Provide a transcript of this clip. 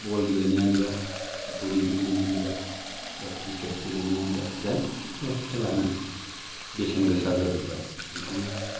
बल गेलेनायानो जा भलि गेलेनायानो जा बा क्रिकेट गेलेनायानो जा जायखि जाया खेलायानो बेसेन गोसा जाजोब्बाय ओंखायनो